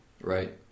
right